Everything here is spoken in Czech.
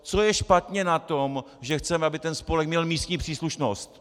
Co je špatně na tom, že chceme, aby ten spolek měl místní příslušnost?